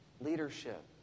Leadership